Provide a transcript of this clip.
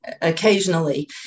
occasionally